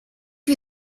you